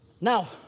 now